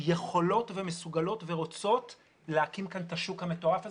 יכולות ומסוגלות ורוצות להקים כאן את השוק המטורף הזה.